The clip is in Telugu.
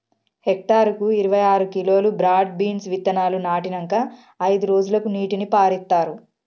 హెక్టర్ కు ఇరవై ఆరు కిలోలు బ్రాడ్ బీన్స్ విత్తనాలు నాటినంకా అయిదు రోజులకు నీటిని పారిత్తార్